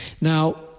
now